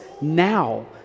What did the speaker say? now